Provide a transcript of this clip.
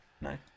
No